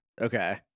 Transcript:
Okay